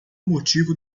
motivo